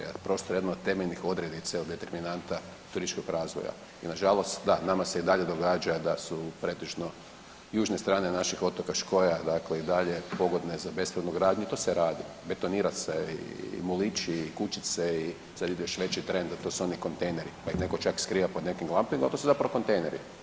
A prostor je jedan od temeljnih odrednica ili determinanta turističkog razvoja i na žalost da nama se i dalje događa da su pretežno južne strane naših otoka škoja dakle i dalje pogodne za bespravnu gradnju, to se radi, betonira se i liči i kućice i sad ide još veći trend a to su oni kontejneri pa ih netko čak skriva pod nekim …/nerazumljivo/… ali to su zapravo kontejneri.